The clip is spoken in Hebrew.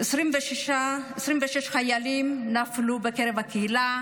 26 חיילים נפלו בקרב הקהילה,